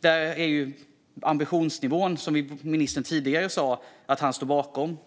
Det här är en ambitionsnivå som ministern säger att han står bakom.